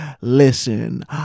listen